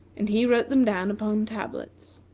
and he wrote them down upon tablets.